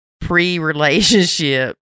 pre-relationship